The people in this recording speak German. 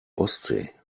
ostsee